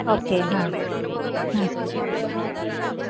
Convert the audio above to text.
okay હા